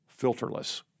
filterless